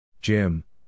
Jim